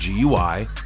GUI